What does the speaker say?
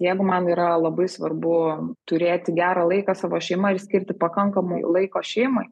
jeigu man yra labai svarbu turėti gerą laiką savo šeima ir skirti pakankamai laiko šeimai